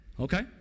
Okay